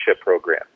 program